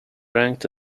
ranked